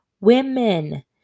women